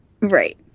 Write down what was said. right